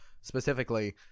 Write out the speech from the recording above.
specifically